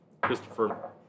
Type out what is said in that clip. Christopher